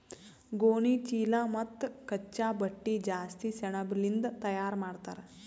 ಗೋಣಿಚೀಲಾ ಮತ್ತ್ ಕಚ್ಚಾ ಬಟ್ಟಿ ಜಾಸ್ತಿ ಸೆಣಬಲಿಂದ್ ತಯಾರ್ ಮಾಡ್ತರ್